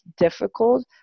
difficult